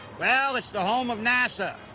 well, it's the home of nasa.